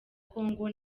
congo